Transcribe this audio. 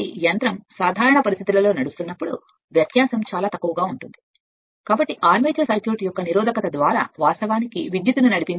అప్పుడు ఈ సమీకరణాన్ని కలిగి ఉండండి V Eb I a r a దీనిని చూస్తారు దీనిని తరువాత చూస్తాము తరువాత చూస్తాము